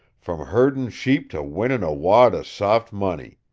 from herdin' sheep to winnin' a wad of soft money!